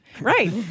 Right